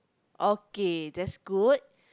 okay that's good